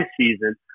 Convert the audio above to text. season